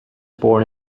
born